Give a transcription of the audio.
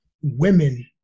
women